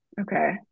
Okay